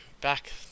back